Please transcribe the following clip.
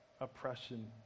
oppression